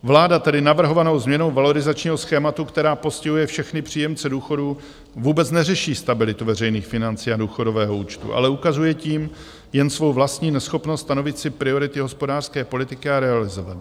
Vláda tedy navrhovanou změnou valorizačního schématu, která postihuje všechny příjemce důchodů, vůbec neřeší stabilitu veřejných financí a důchodového účtu, ale ukazuje tím jen svou vlastní neschopnost stanovit si priority hospodářské politiky a realizovat je.